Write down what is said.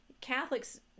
catholics